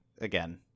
again